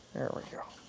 we go.